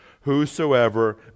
Whosoever